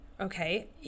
okay